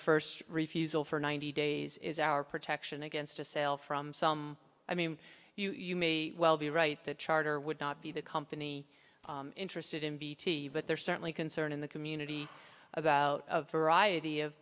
first refusal for ninety days is our protection against a sale from some i mean you may well be right that charter would not be the company interested in bt but there are certainly concern in the community about a variety of